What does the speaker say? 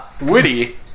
Witty